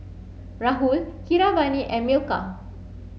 Rahul Keeravani and Milkha